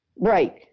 Right